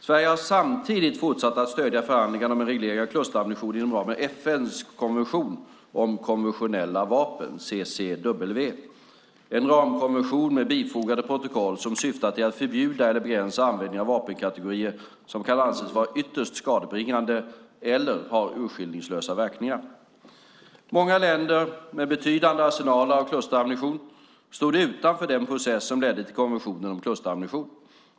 Sverige har samtidigt fortsatt att stödja förhandlingarna om en reglering av klusterammunition inom ramen för FN:s konvention, 1980, om konventionella vapen, CCW, - en ramkonvention med bifogade protokoll som syftar till att förbjuda eller begränsa användningen av vapenkategorier som kan anses vara ytterst skadebringande eller som har urskillningslösa verkningar. Många länder med betydande arsenaler av klusterammunition stod utanför den process som ledde till konventionen om klusterammunition.